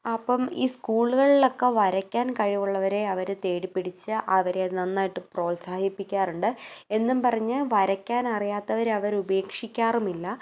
അപ്പം ഈ സ്കൂളുകളിലൊക്കെ വരക്കാൻ കഴിവുള്ളവരെ അവരെ തേടിപ്പിടിച്ച് അവരെ നന്നായിട്ട് പ്രോത്സാഹിപ്പിക്കാറുണ്ട് എന്നും പറഞ്ഞ് വരക്കാനറിയാത്തവരെ അവരെ ഉപേക്ഷിക്കാറുമില്ല